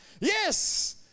Yes